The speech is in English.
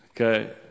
Okay